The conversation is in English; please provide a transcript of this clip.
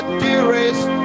dearest